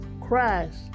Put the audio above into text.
Christ